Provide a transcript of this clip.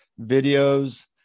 videos